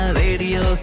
radio